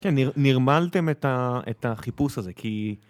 כן, נרמלתם את החיפוש הזה, כי...